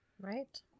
Right